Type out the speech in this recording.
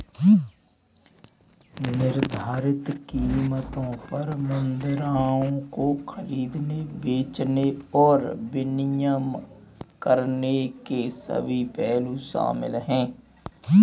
निर्धारित कीमतों पर मुद्राओं को खरीदने, बेचने और विनिमय करने के सभी पहलू शामिल हैं